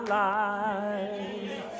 life